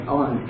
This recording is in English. on